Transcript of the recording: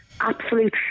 absolute